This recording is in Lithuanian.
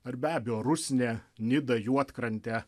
ir be abejo rusnė nida juodkrantė